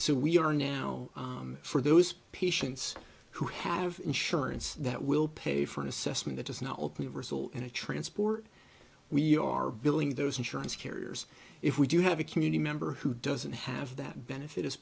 so we are now for those patients who have insurance that will pay for an assessment that is now open to result in a transport we are billing those insurance carriers if we do have a community member who doesn't have that benefit